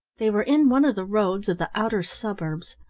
they were in one of the roads of the outer suburbs.